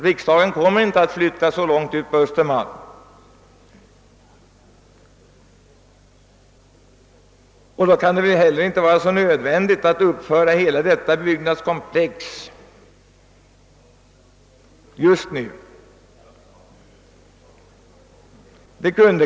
Riksdagen kommer inte att flyttas så långt ut på Östermalm, och då kan det ju heller inte vara nödvändigt att just nu uppföra hela detta byggnadskomplex.